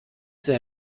sehr